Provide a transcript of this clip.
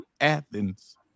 Athens